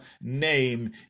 name